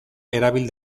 erabil